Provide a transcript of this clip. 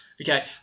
Okay